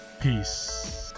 Peace